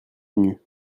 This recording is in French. venus